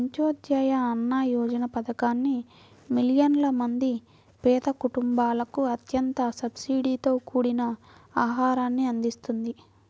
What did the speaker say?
అంత్యోదయ అన్న యోజన పథకాన్ని మిలియన్ల మంది పేద కుటుంబాలకు అత్యంత సబ్సిడీతో కూడిన ఆహారాన్ని అందిస్తుంది